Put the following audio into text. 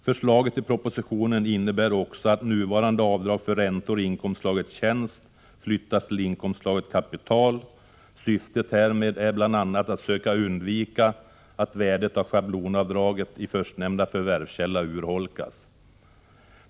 Förslaget i propositionen innebär också att nuvarande avdrag för räntor i inkomstslaget tjänst flyttas till inkomstslaget kapital. Syftet härmed är bl.a. att söka undvika att värdet av schablonavdraget i förstnämnda förvärvskälla urholkas.